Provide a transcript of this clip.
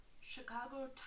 Chicago